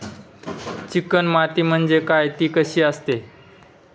Chicken माती म्हणजे काय? ति कशी असते?